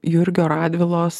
jurgio radvilos